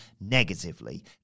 negatively